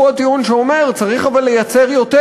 והוא הטיעון שאומר שצריך לייצר יותר.